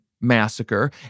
massacre